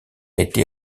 été